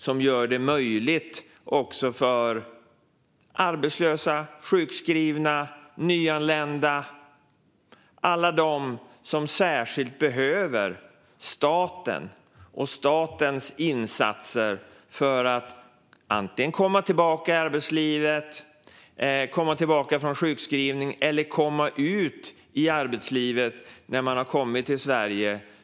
Det gör det möjligt också för till exempel arbetslösa, sjukskrivna och nyanlända - alla de som särskilt behöver staten och statens insatser - att antingen komma tillbaka till arbetslivet, komma tillbaka från sjukskrivning eller komma ut i arbetslivet när man är nyanländ i Sverige.